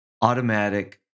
automatic